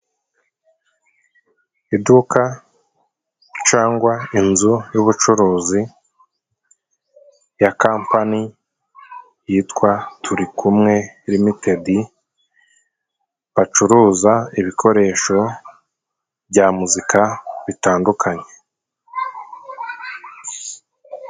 Iduka cangwa inzu y'ubucuruzi ya kampani yitwa TURIKUMWE Limitedi, bacuruza ibikoresho bya muzika bitandukanye.